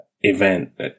event